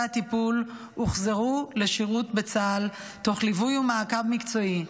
הטיפול הוחזרו לשירות בצה"ל תוך ליווי ומעקב מקצועי,